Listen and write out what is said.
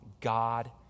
God